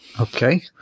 Okay